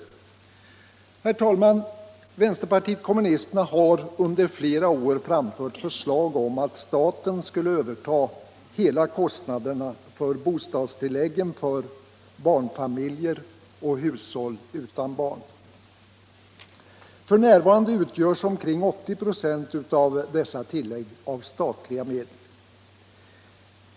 Herr talman! Vänsterpartiet kommunisterna har under flera år framfört förslag om att staten skulle överta hela kostnaden för bostadstilläggen för barnfamiljer och hushåll utan barn. F.n. utgörs omkring 80 96 av dessa tillägg av statliga medel.